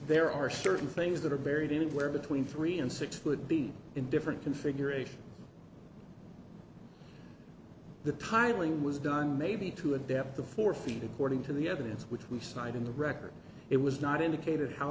there are certain things that are buried anywhere between three and six would be in different configuration the tiling was done maybe to a depth of four feet according to the evidence which we slide in the record it was not indicated how